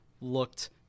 looked